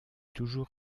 toujours